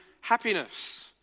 happiness